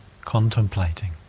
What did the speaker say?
contemplating